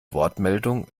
wortmeldung